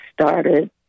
started